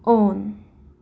ꯑꯣꯟ